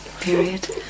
period